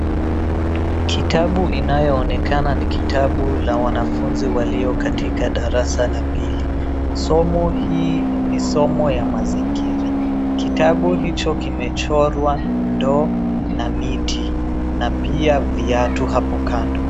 Kitabu inayonekana ni kitabu la wanafunzi walio katika darasa la pili somo hii ni somo ya mazingira kitabu hicho kimechorwa ndoo na mti na pia viatu hapo kando.